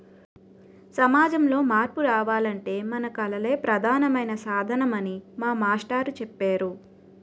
సమాజంలో మార్పు రావాలంటే మన కళలే ప్రధానమైన సాధనమని మా మాస్టారు చెప్పేరు